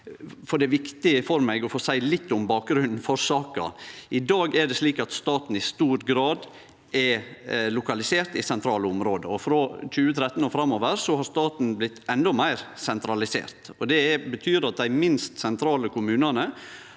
Det er viktig for meg å få seie litt om bakgrunnen for saka. I dag er det slik at staten i stor grad er lokalisert i sentrale område. Frå 2013 og framover har staten blitt endå meir sentralisert. Det betyr at dei minst sentrale kommunane